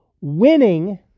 winning